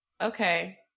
okay